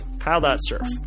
kyle.surf